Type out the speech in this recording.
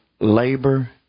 labor